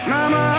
Mama